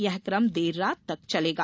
यह क्रम देर रात तक चलेगा